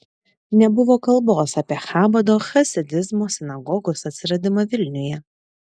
nebuvo kalbos apie chabado chasidizmo sinagogos atsiradimą vilniuje